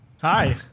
Hi